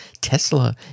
Tesla